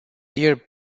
year